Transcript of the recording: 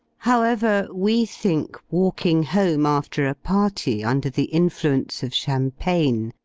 however, we think walking home, after a party, under the influence of champagne,